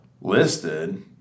listed